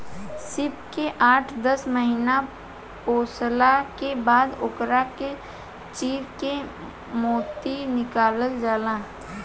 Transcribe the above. सीप के आठ दस महिना पोसला के बाद ओकरा के चीर के मोती निकालल जाला